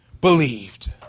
believed